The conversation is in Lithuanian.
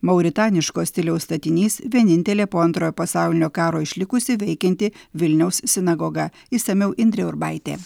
mauritaniško stiliaus statinys vienintelė po antrojo pasaulinio karo išlikusi veikianti vilniaus sinagoga išsamiau indrė urbaitė